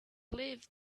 live